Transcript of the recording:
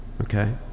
okay